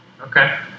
okay